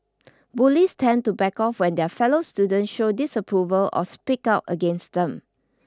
bullies tend to back off when their fellow student show disapproval or speak out against them